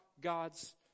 God's